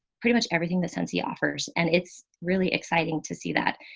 pretty much everything that sends the offers. and it's really exciting to see that.